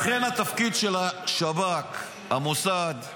לכן התפקיד של השב"כ, המוסד,